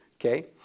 Okay